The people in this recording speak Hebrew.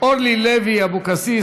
אורלי לוי אבקסיס,